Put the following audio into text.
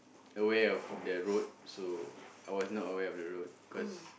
aware of the road so I was not aware of the road cause